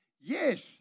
Yes